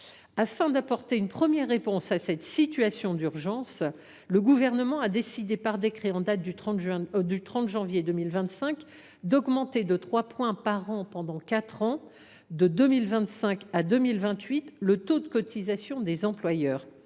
Afin d’apporter une première réponse à cette situation d’urgence, le Gouvernement a décidé, par décret en date du 30 janvier 2025, d’augmenter de trois points par an pendant quatre ans, de 2025 à 2028, le taux de cotisation des employeurs.